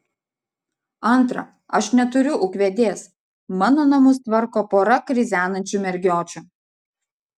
antra aš neturiu ūkvedės mano namus tvarko pora krizenančių mergiočių